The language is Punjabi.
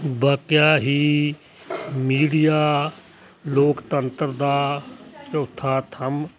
ਵਾਕਿਆ ਹੀ ਮੀਡੀਆ ਲੋਕਤੰਤਰ ਦਾ ਚੌਥਾ ਥੰਮ